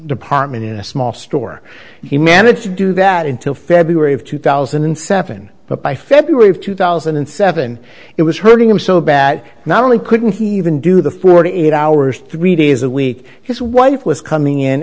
department in a small store and he managed to do that until february of two thousand and seven but by february of two thousand and seven it was hurting him so bad not only couldn't he even do the forty eight hours three days a week his wife was coming in